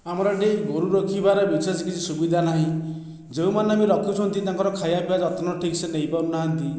ଆମର ଏଠି ଗୋରୁ ରଖିବାରେ ବିଶେଷ କିଛି ସୁବିଧା ନାହିଁ ଯେଉଁମାନେ ବି ରଖୁଛନ୍ତି ତାଙ୍କର ଖାଇବାପିଇବା ଯତ୍ନ ଠିକ୍ସେ ନେଇପାରୁନାହାନ୍ତି